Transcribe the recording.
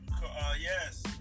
Yes